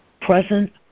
present